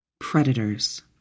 Predators